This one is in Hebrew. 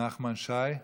נחמן שי,